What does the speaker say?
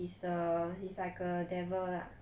he's the he's like a devil lah